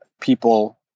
people